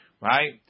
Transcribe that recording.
right